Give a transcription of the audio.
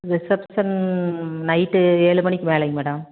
reception night ஏழு மணிக்கு மேலேங்க மேடம்